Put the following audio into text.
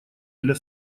для